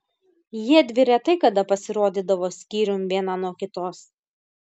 jiedvi retai kada pasirodydavo skyrium viena nuo kitos